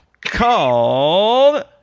called